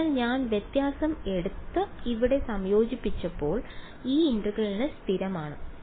അതിനാൽ ഞാൻ വ്യത്യാസം എടുത്ത് ഇവിടെ സംയോജിപ്പിച്ചപ്പോൾ ഈ ഇന്റഗ്രലിന് സ്ഥിരമാണ്